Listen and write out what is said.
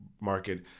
market